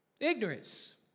Ignorance